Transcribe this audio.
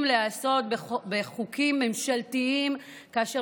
צריכים קודם כול להיעשות בחוקים ממשלתיים כאשר